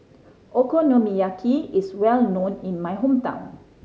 okonomiyaki is well known in my hometown